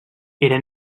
era